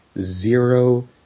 zero